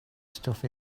stuff